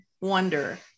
wonder